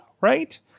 right